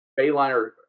Bayliner